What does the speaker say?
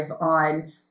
on